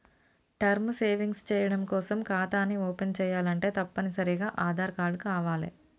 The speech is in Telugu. టర్మ్ సేవింగ్స్ చెయ్యడం కోసం ఖాతాని ఓపెన్ చేయాలంటే తప్పనిసరిగా ఆదార్ కార్డు కావాలే